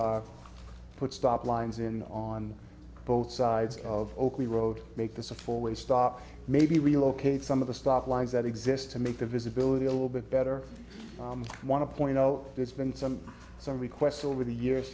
to put a stop lines in on both sides of the road make this a four way stop maybe relocate some of the stock lines that exist to make the visibility a little bit better i want to point out there's been some some requests over the years